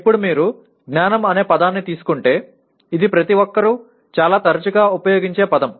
ఇప్పుడు మీరు జ్ఞానం అనే పదాన్ని తీసుకుంటే ఇది ప్రతి ఒక్కరూ చాలా తరచుగా ఉపయోగించే పదం